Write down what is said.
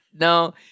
No